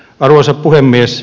arvoisa puhemies